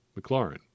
McLaren